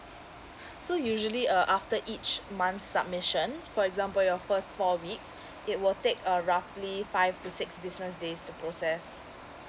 so usually uh after each month submission for example your first four weeks it will take a roughly five to six business days to process